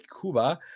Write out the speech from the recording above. Cuba